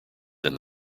than